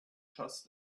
just